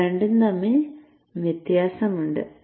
ഇവ രണ്ടും തമ്മിൽ വ്യത്യാസമുണ്ട്